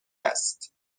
است